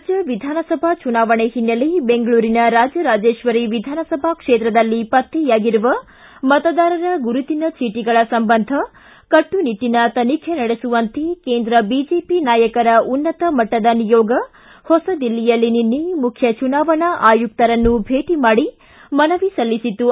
ರಾಜ್ಯ ವಿಧಾನಸಭಾ ಚುನಾವಣೆ ಹಿನ್ನೆಲೆ ಬೆಂಗಳೂರಿನ ರಾಜರಾಜೇಶ್ವರಿ ವಿಧಾನಸಭಾ ಕ್ಷೇತ್ರದಲ್ಲಿ ಪತ್ತೆಯಾಗಿರುವ ಮತದಾರರ ಗುರುತಿನ ಚೀಟಿಗಳ ಸಂಬಂಧ ಕಟ್ಟುನಿಟ್ಟಿನ ತನಿಖೆ ನಡೆಸುವಂತೆ ಕೇಂದ್ರ ಬಿಜೆಪಿ ನಾಯಕರ ಉನ್ನತ ಮಟ್ಟದ ನಿಯೋಗ ಹೊಸದಿಲ್ಲಿಯಲ್ಲಿ ನಿನ್ನೆ ಮುಖ್ಯ ಚುನಾವಣಾ ಆಯುಕ್ತರನ್ನು ಭೇಟಿ ಮಾಡಿ ಮನವಿ ಸಲ್ಲಿಸಿತು